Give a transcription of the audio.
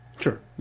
Sure